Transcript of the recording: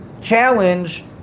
challenge